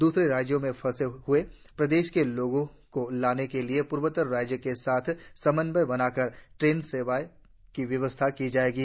दूसरे राज्यों में फंसे हुए प्रदेश के लोगों को ला ने के लिए पूर्वोतर राज्यों के साथ समन्वय बनाकर ट्रेन सेवा की व्यवस्था की जाएगी